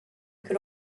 could